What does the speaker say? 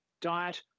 diet